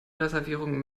reservierungen